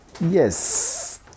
yes